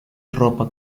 ropa